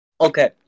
Okay